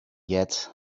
yet